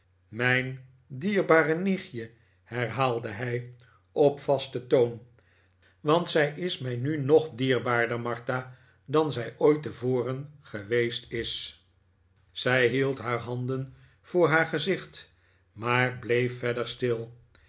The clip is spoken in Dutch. mijn dierbare nichtje herhaalde hij op vasten toon want zij is mij nu nog dierbaarder martha dan zij ooit tevoren geweest is david copperfield zij hield haar handen voor haar gezicht maar bleef verder stil